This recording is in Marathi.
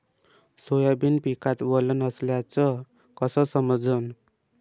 सोयाबीन पिकात वल नसल्याचं कस समजन?